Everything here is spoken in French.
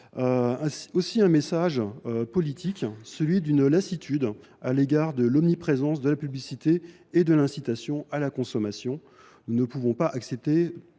aussi un message politique : celui d’une lassitude à l’égard de l’omniprésence de la publicité et de l’incitation à la consommation. Nous ne pouvons accepter